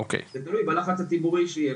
זה תלוי בלחץ הציבורי שיהיה,